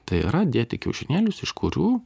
tai yra dėti kiaušinėlius iš kurių